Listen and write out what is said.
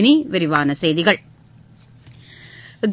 இனி விரிவான செய்திகள்